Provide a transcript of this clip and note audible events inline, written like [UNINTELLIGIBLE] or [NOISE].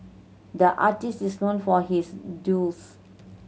the artist is known for his [UNINTELLIGIBLE]